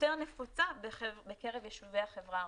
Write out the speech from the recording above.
יותר נפוצה בקרב יישובי החברה הערבית.